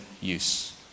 use